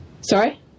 Sorry